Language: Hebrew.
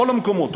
בכל המקומות.